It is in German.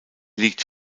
liegt